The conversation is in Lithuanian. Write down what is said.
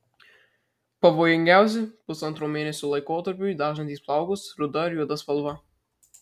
pavojingiausi pusantro mėnesio laikotarpiui dažantys plaukus ruda ar juoda spalva